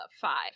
five